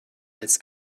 als